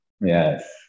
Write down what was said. Yes